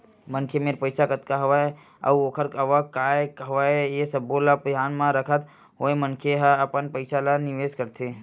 मनखे मेर पइसा कतका हवय अउ ओखर आवक काय हवय ये सब्बो ल धियान म रखत होय मनखे ह अपन पइसा ल निवेस करथे